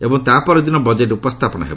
ଏବଂ ତା' ପରଦିନ ବଜେଟ୍ ଉପସ୍ଥାପନ ହେବ